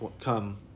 come